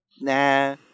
Nah